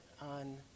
on